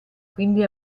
quindi